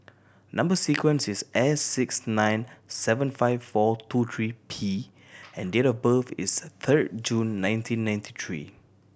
number sequence is S six nine seven five four two three P and date of birth is thord June nineteen ninety three